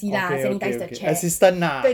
okay okay okay assistant lah